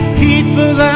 people